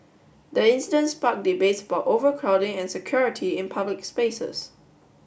the incident sparked debates about overcrowding and security in public spaces